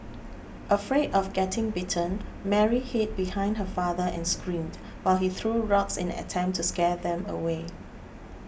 afraid of getting bitten Mary hid behind her father and screamed while he threw rocks in an attempt to scare them away